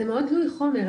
זה מאוד תלוי חומר,